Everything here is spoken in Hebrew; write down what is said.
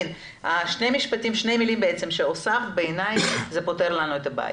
שתי המילים שהוספת, בעיניי זה פותר לנו את הבעיה.